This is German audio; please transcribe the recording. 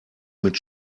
mit